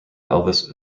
elvis